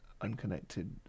unconnected